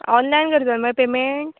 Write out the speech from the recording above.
online करतलो मगे payment